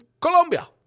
colombia